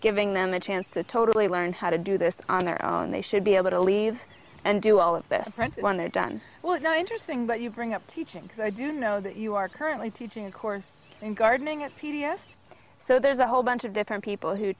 giving them a chance to totally learn how to do this on their own they should be able to leave and do all of this when they're done well you know interesting but you bring up teaching because i do know that you are currently teaching a course in gardening at p d s so there's a whole bunch of different people who